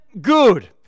good